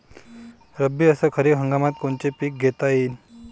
रब्बी अस खरीप हंगामात कोनचे पिकं घेता येईन?